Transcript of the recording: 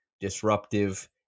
disruptive